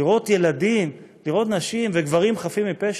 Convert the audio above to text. לראות ילדים, לראות נשים וגברים חפים מפשע,